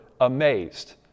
amazed